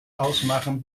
ausmachen